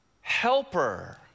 Helper